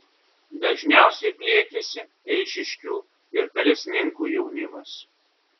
dažniausiai pliekiasi eišiškių ir kalesninkų jaunimas